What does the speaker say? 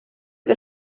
que